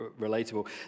relatable